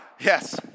Yes